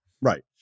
Right